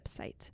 website